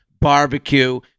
barbecue